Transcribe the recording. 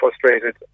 frustrated